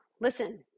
Listen